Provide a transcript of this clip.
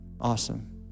awesome